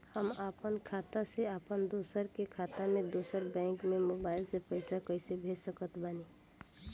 हम आपन खाता से अपना दोस्त के खाता मे दोसर बैंक मे मोबाइल से पैसा कैसे भेज सकत बानी?